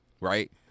Right